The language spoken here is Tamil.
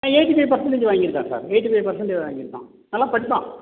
ஆ எயிட்டி ஃபைவ் பர்சன்டேஜு வாங்கிருக்கான் சார் எயிட்டி ஃபைவ் பர்சன்ட்டு வாங்கிருக்கான் நல்ல படிப்பான்